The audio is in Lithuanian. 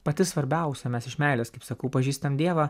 pati svarbiausia mes iš meilės kaip sakau pažįstam dievą